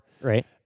Right